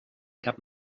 cap